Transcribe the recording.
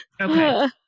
okay